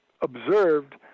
observed